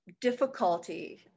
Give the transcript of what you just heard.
difficulty